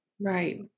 Right